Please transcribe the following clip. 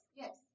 yes